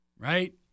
Right